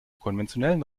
konventionellen